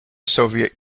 soviet